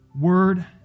Word